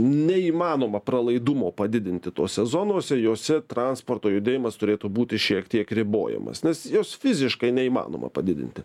neįmanoma pralaidumo padidinti tose zonose jose transporto judėjimas turėtų būti šiek tiek ribojamas nes jos fiziškai neįmanoma padidinti